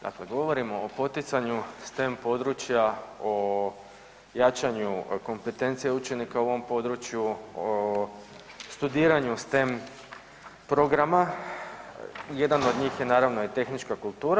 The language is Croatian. Dakle, govorimo o poticanju STEM područja o jačanju kompetencija učenika u ovom području, o studiranju STEM programa, jedan od njih je naravno i tehnička kultura.